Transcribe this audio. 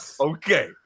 Okay